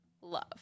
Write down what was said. love